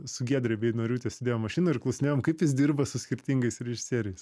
su giedre beinoriūte sėdėjom mašinoj ir klausinėjom kaip jis dirba su skirtingais režisieriais